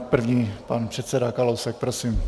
První pan předseda Kalousek, prosím.